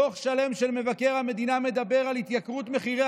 דוח שלם של מבקר המדינה מדבר על התייקרות מחירי